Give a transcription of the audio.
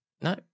no